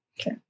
Okay